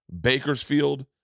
bakersfield